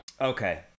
Okay